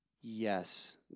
Yes